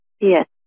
Yes